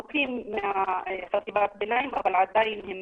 נמוכים מחטיבת הביניים, אבל עדיין הם